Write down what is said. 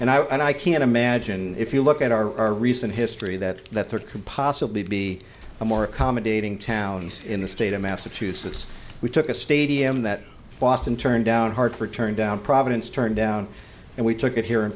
and i can imagine if you look at our recent history that that there could possibly be more accommodating towns in the state of massachusetts we took a stadium that boston turned down hartford turned down providence turned down and we took it here in